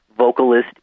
vocalist